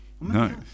No